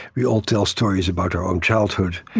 we all tell stories about our own childhood,